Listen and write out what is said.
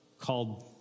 called